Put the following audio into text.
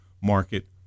market